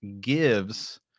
gives